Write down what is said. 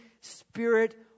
Spirit